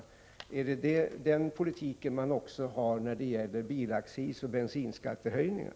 Är det den politiken man tillgodoser också när det gäller bilaccisoch bensinskattehöjningar?